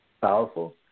powerful